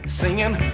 singing